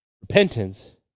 repentance